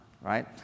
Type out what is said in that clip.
right